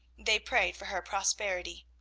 they prayed for her prosperity.